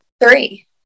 Three